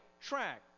track